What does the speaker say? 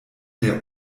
der